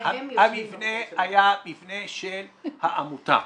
המבנה היה מבנה של העמותה.